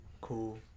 Cool